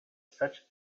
such